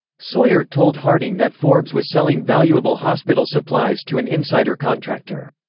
sawyer told harding that forbes was selling valuable hospital supplies to an insider contractor.